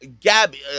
Gabby